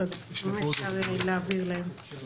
בגלל זה אנחנו מאמינים בו.